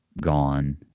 gone